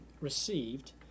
received